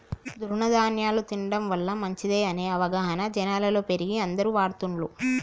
తృణ ధ్యాన్యాలు తినడం వల్ల మంచిదనే అవగాహన జనాలలో పెరిగి అందరు వాడుతున్లు